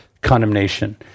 condemnation